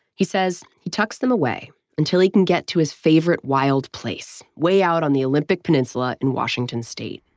he says he tucks them away until he can get to his favorite wild place, way out on the olympic peninsula in washington state,